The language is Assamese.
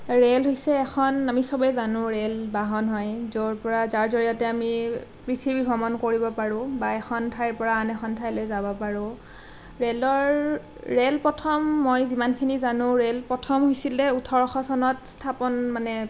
ৰেল হৈছে এখন আমি চবেই জানো ৰেল বাহন হয় য'ৰ পৰা যাৰ জৰিয়তে আমি পৃথিৱী ভ্ৰমণ কৰিব পাৰোঁ বা এখন ঠাইৰ পৰা আন এখন ঠাইলৈ যাব পাৰোঁ ৰেলৰ ৰেল প্ৰথম মই যিমানখিনি জানো ৰেল প্ৰথম হৈছিলে ওঠৰশ চনত স্থাপন মানে